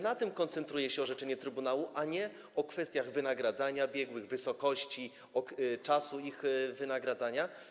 Na tym koncentruje się orzeczenie trybunału, a nie na kwestiach wynagradzania biegłych, wysokości wynagrodzenia, czasu ich wynagradzania.